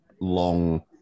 long